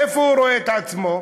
איפה הוא רואה את עצמו?